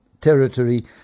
territory